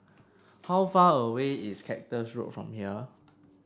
how far away is Cactus Road from here